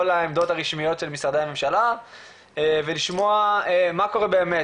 העמדות הרשמיות של משרדי הממשלה ולשמוע מה קורה באמת,